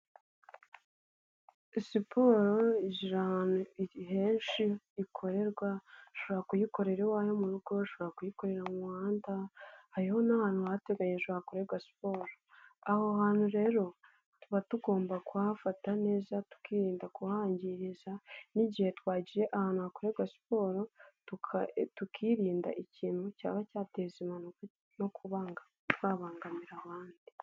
Siporo igira ahantu henshi ikorerwa, ushobora kuyikorera iwawe mu rugo, ushobora kuyikorera mu muhanda, hariho n'ahantu hateganyijwe hakorerwa siporo. Aho hantu rero tuba tugomba kuhafata neza tukirinda kuhangiriza n'igihe twagiye ahantu hakorerwa siporo, tukirinda ikintu cyaba cyateza impanuka no babangamira abandi.